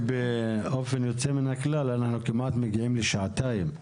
באופן יוצא מהכלל אנחנו כמעט מגיעים לשעתיים.